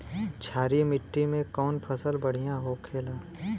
क्षारीय मिट्टी में कौन फसल बढ़ियां हो खेला?